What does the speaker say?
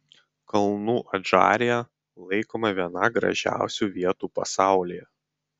kalnų adžarija laikoma viena gražiausių vietų pasaulyje